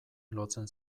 lotzen